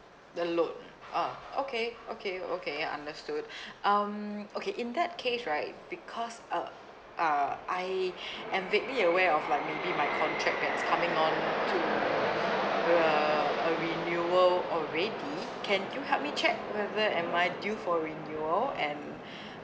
the load uh okay okay okay understood um okay in that case right because uh uh I am vaguely aware of like maybe my contract that's coming on to uh a renewal already can you help me check whether am I due for renewal and